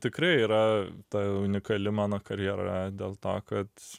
tikrai yra ta unikali mano karjera dėl to kad